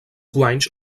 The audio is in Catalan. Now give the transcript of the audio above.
guanys